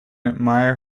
admire